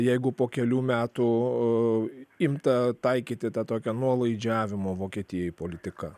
jeigu po kelių metų imta taikyti tą tokią nuolaidžiavimo vokietijai politiką